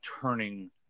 turning